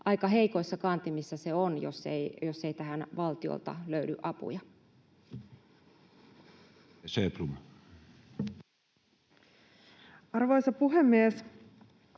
aika heikoissa kantimissa se on, jos ei tähän valtiolta löydy apuja. [Speech